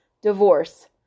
Divorce